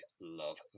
love